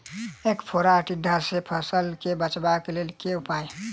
ऐंख फोड़ा टिड्डा सँ फसल केँ बचेबाक लेल केँ उपाय?